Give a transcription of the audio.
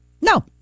No